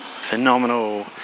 phenomenal